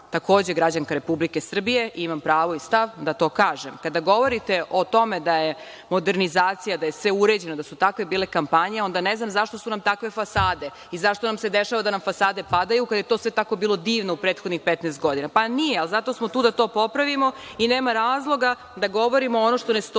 takođe građanka Republike Srbije i imam pravo i stav da to kažem. Kada govorite o tome da je modernizacija, da je sve uređeno, da su takve bile kampanje, onda ne znam zašto su nam takve fasade i zašto nam se dešava nam fasade padaju kada je to sve tako bilo divno u prethodnih 15 godina. Nije, ali zato smo tu da to popravimo i nema razloga da govorimo ono što ne stoji